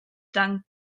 dan